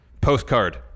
Postcard